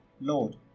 Lord